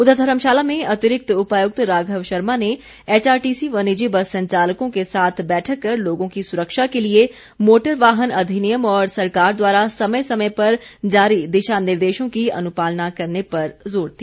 उधर धर्मशाला में अतिरिक्त उपायुक्त राघव शर्मा ने एचआरटीसी व निजी बस संचालकों के साथ बैठक कर लोगों की सुरक्षा के लिए मोटर वाहन अधिनियम और सरकार द्वारा समय समय पर जारी दिशा निर्देशों की अनुपालना करने पर ज़ोर दिया